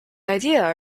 idea